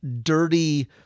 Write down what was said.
dirty